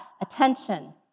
attention